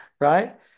Right